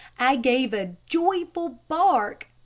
i gave a joyful bark,